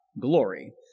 glory